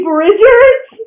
Bridgers